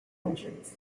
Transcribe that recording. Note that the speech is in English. countries